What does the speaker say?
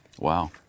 Wow